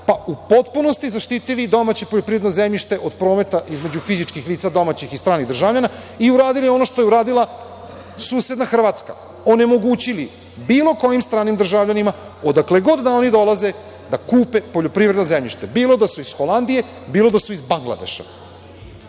pa u potpunosti zaštitili domaće poljoprivredno zemljište od prometa između fizičkih lica domaćih i stranih državljana i uradili ono što je uradila susedna Hrvatska - onemogućili su bilo kojim stranim državljanima, odakle god da oni dolaze, da kupe poljoprivredno zemljište, bilo da su iz Holandije, bilo da su iz Bangladeša?